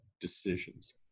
decisions